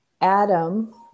Adam